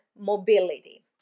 mobility